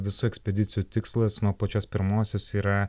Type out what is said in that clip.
visų ekspedicijų tikslas nuo pačios pirmosios yra